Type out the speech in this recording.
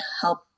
help